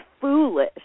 Foolish